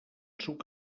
suc